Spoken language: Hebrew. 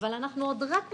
אבל אנחנו עוד רק מתחילים.